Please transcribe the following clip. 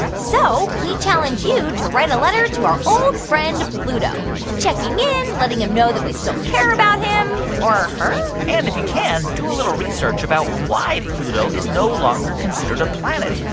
so we challenge you to write a letter to our old friend pluto checking in, letting him know that we still care about him or her and if you can, do a little research about why pluto is no longer considered a planet.